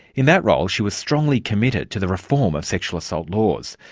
in that role she was strongly committed to the reform of sexual assault laws.